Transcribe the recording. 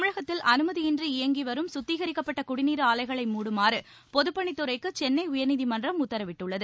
தமிழகத்தில் அனுமதியின்றி இயங்கிவரும் சுத்திகரிக்கப்பட்ட குடிநீர் ஆலைகளை மூடுமாறு பொதுப்பணித்துறைக்கு சென்னை உயர்நீதிமன்றம் உத்தரவிட்டுள்ளது